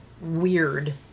weird